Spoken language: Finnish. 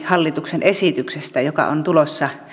hallituksen esityksestä tartuntatautilaiksi joka on tulossa